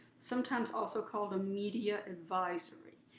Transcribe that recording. sometimes also called a media advisory.